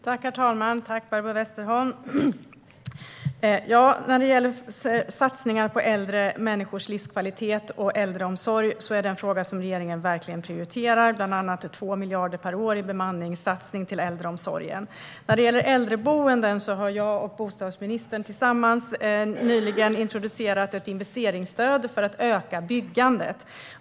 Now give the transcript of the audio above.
Herr talman! Tack, Barbro Westerholm! Satsningar på äldre människors livskvalitet och äldreomsorg är en fråga som regeringen verkligen prioriterar, bland annat genom 2 miljarder per år i en bemanningssatsning för äldreomsorgen. När det gäller äldreboenden har jag och bostadsministern nyligen tillsammans introducerat ett investeringsstöd för att öka byggandet.